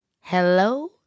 Hello